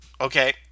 Okay